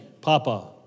Papa